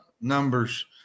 numbers